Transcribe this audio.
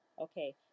okay